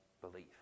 belief